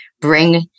bring